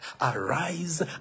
Arise